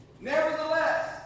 Nevertheless